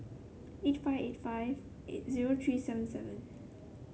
eight five eight five eight zero three seven seven